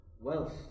wealth